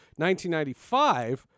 1995